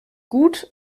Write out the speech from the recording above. gut